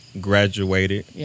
graduated